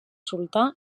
sultà